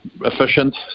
efficient